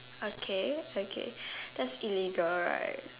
okay okay that's illegal right